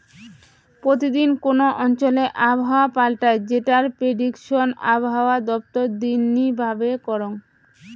প্রতি দিন কোন অঞ্চলে আবহাওয়া পাল্টায় যেটার প্রেডিকশন আবহাওয়া দপ্তর দিননি ভাবে করঙ